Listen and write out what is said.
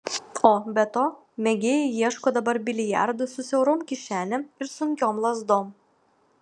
o be to mėgėjai ieško dabar biliardų su siaurom kišenėm ir sunkiom lazdom